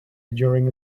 during